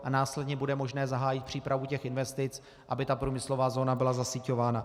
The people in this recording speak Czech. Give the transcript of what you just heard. A následně bude možné zahájit přípravu investic, aby ta průmyslová zóna byla zasíťována.